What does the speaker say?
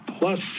Plus